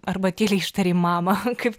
arba tyliai ištarei mama kaip